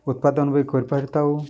ଉତ୍ପାଦନ ବି କରିପାରିଥାଉ